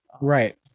Right